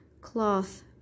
cloth